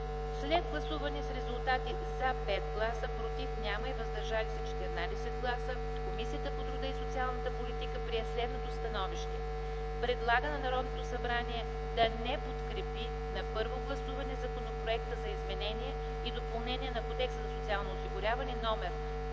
След гласуване с резултати: „за” – 5 гласа, „против” – няма, „въздържали се” – 14 гласа, Комисията по труда и социалната политика прие следното становище: Предлага на Народното събрание да не подкрепи на първо гласуване Законопроект за изменение и допълнение на Кодекса за социално осигуряване,